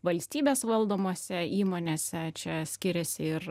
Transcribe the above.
valstybės valdomose įmonėse čia skiriasi ir